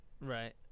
right